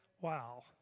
wow